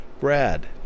Brad